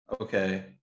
okay